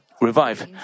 revive